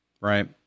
right